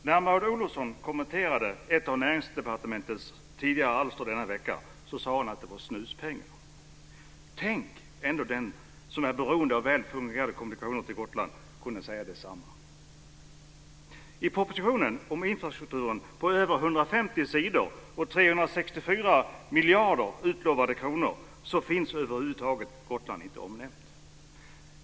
Fru talman! När Maud Olofsson kommenterade ett av Näringsdepartementets tidigare alster denna vecka sade hon att det var snuspengar. Tänk ändå om den som är beroende av väl fungerande kommunikationer till Gotland kunde säga detsamma! 150 sidor och med 364 miljarder kronor utlovade - är Gotland över huvud taget inte omnämnt.